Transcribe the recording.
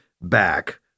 back